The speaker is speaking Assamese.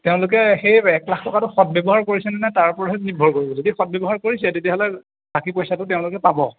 তেওঁলোকে সেই এক লাখ টকাটো সৎ ব্যৱহাৰ কৰিছেনে নাই তাৰ ওপৰত নিৰ্ভৰ কৰিব যদি সৎ ব্যৱহাৰ কৰিছে তেতিয়াহ'লে বাকী পইচাটো তেওঁলোকে পাব